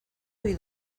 ohi